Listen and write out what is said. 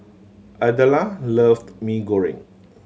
Idella loved Mee Goreng